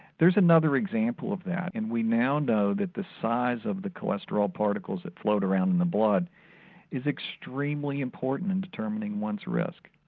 there is another example of that and we now know that the size of the cholesterol particles that float around in the blood is extremely important in determining one's risk.